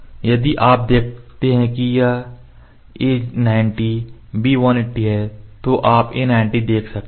यदि आप देखते हैं कि यह a 90 b180 है तो आप a 90 देख सकते हैं